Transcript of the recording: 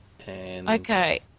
Okay